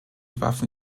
waffen